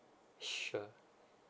sure